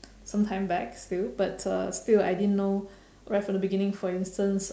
sometime back still but uh still I didn't know right from the beginning for instance